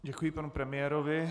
Děkuji panu premiérovi.